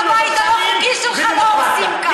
אפילו את הבית הלא-חוקי שלך לא הורסים כאן.